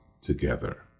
together